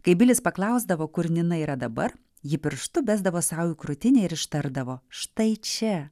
kai bilis paklausdavo kur nina yra dabar ji pirštu besdavo sau į krūtinę ir ištardavo štai čia